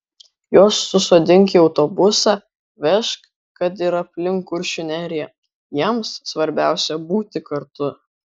juos susodink į autobusą vežk kad ir aplink kuršių neriją jiems svarbiausia būti kartu